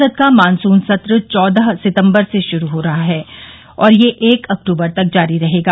संसद का मॉनसून सत्र चौदह सितम्बर से शुरू हो रहा है और यह एक अक्टूबर तक जारी रहेगा